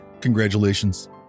congratulations